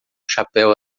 chapéu